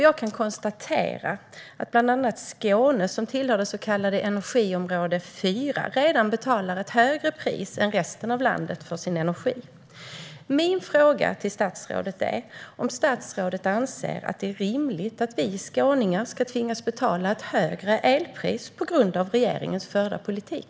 Jag kan konstatera att bland annat Skåne, som tillhör det så kallade energiområde 4, redan betalar ett högre pris än resten av landet för sin energi. Min fråga till statsrådet är om statsrådet anser att det är rimligt att vi skåningar ska tvingas betala ett högre elpris på grund av regeringens förda politik.